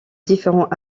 différents